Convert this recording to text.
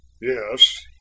Yes